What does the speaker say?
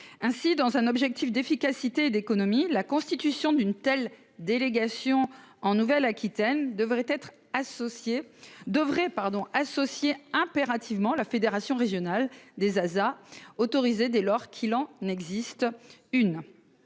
Ainsi, dans une recherche d'efficacité et d'économies, la constitution d'une telle délégation en Nouvelle-Aquitaine devrait associer impérativement la Fédération régionale des associations syndicales autorisées, dès lors qu'il en existe une.